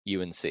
UNC